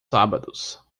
sábados